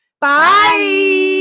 bye